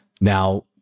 Now